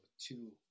two